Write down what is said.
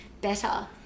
better